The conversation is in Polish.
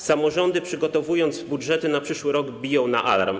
Samorządy, przygotowując budżety na przyszły rok, biją na alarm.